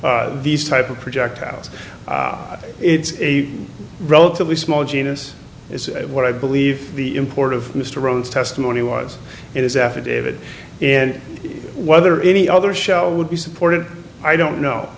these type of projectiles it's a relatively small genus is what i believe the import of mr rhodes testimony was in his affidavit and whether any other shell would be supported i don't know